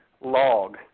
log